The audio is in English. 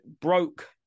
broke